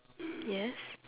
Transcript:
yes